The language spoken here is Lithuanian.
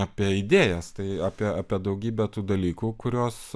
apie idėjas tai apie apie daugybę tų dalykų kuriuos